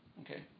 okay